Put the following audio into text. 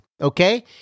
Okay